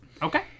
Okay